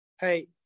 hey